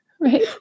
Right